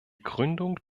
gründung